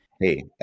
Hey